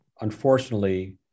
unfortunately